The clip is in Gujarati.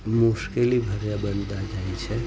મુશ્કેલી ભર્યા બનતા જાય છે